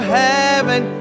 heaven